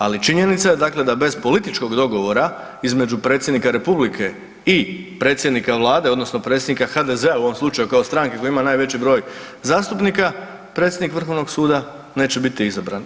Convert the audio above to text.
Ali činjenica je dakle da bez političkog dogovora između Predsjednika Republike i predsjednika Vlade, odnosno predsjednika HDZ-a u ovom slučaju kao stranke koja ima najveći broj zastupnika predsjednik Vrhovnog suda neće biti izabran.